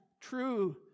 true